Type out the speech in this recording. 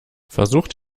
versucht